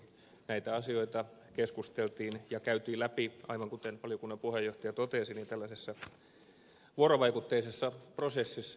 näistä asioista keskusteltiin ja niitä käytiin läpi aivan kuten valiokunnan puheenjohtaja totesi tällaisessa vuorovaikutteisessa prosessissa